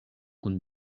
kun